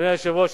אדוני היושב-ראש,